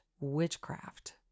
witchcraft